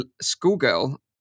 schoolgirl